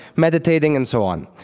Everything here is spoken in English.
meditating, and so on.